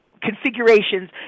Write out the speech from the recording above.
configurations